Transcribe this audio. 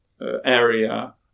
area